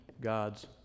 god's